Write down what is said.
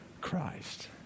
Christ